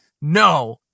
no